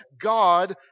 God